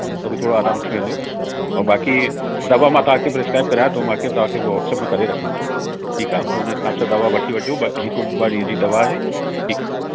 उनसां थोरो आराम थी वेंदो ऐं बाक़ी दवा मां तव्हांखे प्रसक्राईब करियां थो मूंखे तव्हांखे वॉटसअप में करे रखां थो ठीकु आहे पोइ उन हिसाब सां दवा वठी वठिजो ॿ हिकु ॿ डींहं ई दवा आहे ठीकु आहे